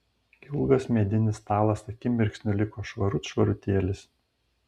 ilgas medinis stalas akimirksniu liko švarut švarutėlis